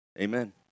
Amen